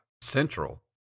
central